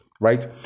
Right